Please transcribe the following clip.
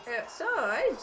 outside